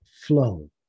flow